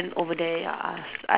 over there lah s~ I